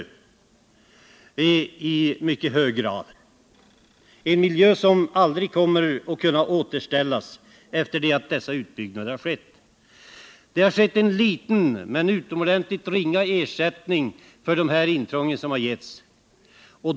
Man har vetat om att miljön aldrig kommer att kunna återställas efter det att dessa utbyggnader har skett. Det har getts en liten — utomordenligt ringa — ersättning för de intrång som gjorts.